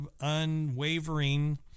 unwavering